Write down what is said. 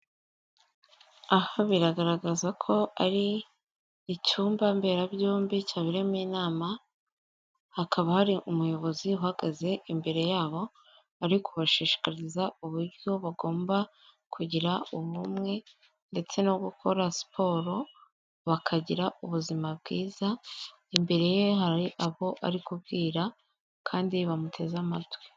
Aha biragaragaza ko ari icyumba mberabyombi cyaberemo inama, hakaba hari umuyobozi uhagaze imbere yabo, ari ku kubashishikariza uburyo bagomba kugira ubumwe ndetse no gukora siporo, bakagira ubuzima bwiza. Imbere ye hari abo ari kubwira kandi bamuteze amatwi.